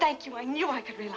thank you i knew i could